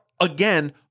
again